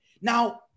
Now